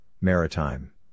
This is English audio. Maritime